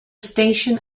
station